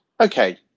Okay